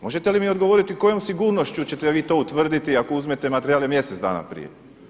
Možete li mi odgovoriti kojom sigurnošću ćete vi to utvrditi ako uzmete materijale mjesec dana prije?